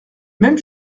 même